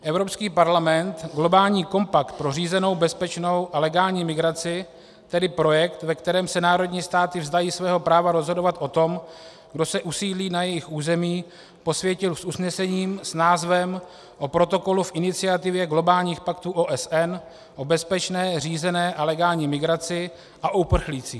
Evropský parlament globální kompakt pro řízenou, bezpečnou a legální migraci, tedy projekt, ve kterém se národní státy vzdají svého práva rozhodovat o tom, kdo se usídlí na jejich území, posvětil s usnesením s názvem O protokolu v iniciativě globálních paktů OSN o bezpečné, řízené a legální migraci a uprchlících.